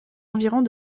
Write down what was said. environs